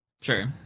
Sure